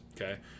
Okay